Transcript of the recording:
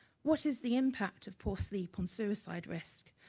what is the impact of poor sleep on suicide risk,